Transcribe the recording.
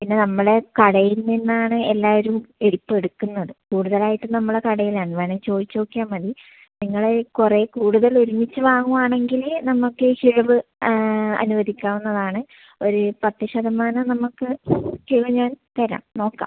പിന്നെ നമ്മളുടെ കടയിൽ നിന്നാണ് എല്ലാവരും ഇത് ഇപ്പോൾ എടുക്കുന്നത് കൂടുതലായിട്ടും നമ്മളുടെ കടയിലാണ് വേണേൽ ചോദിച്ച് നോക്കിയാൽ മതി നിങ്ങള് കുറെ കൂടുതൽ ഒരുമിച്ച് വാങ്ങുവാണെങ്കില് നമുക്ക് കിഴിവ് അനുവദിക്കാവുന്നതാണ് ഒര് പത്ത് ശതമാനം നമുക്ക് കിഴിവ് ഞാൻ തരാൻ നോക്കാം